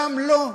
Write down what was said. שם לא.